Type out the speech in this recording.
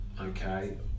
okay